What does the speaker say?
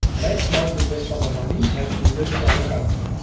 let's not do is for the money. let's do this father country.